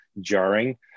jarring